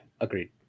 agreed